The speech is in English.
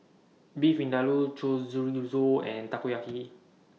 Beef Vindaloo and Takoyaki